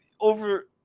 over